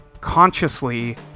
consciously